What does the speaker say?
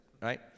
right